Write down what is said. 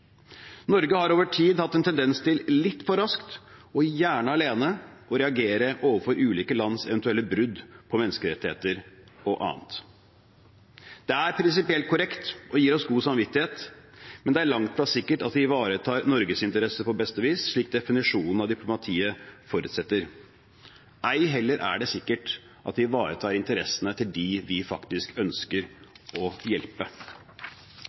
Norge har over tid hatt en tendens til litt for raskt og gjerne alene å reagere overfor ulike lands eventuelle brudd på menneskerettigheter og annet. Det er prinsipielt korrekt og gir oss god samvittighet, men det er langt fra sikkert at det ivaretar Norges interesser på beste vis, slik definisjonen av diplomatiet forutsetter. Ei heller er det sikkert at det ivaretar interessene til dem vi faktisk ønsker å hjelpe.